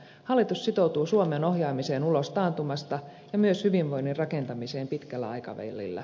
hallitus sitoutuu suomen ohjaamiseen ulos taantumasta ja myös hyvinvoinnin rakentamiseen pitkällä aikavälillä